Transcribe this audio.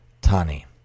tani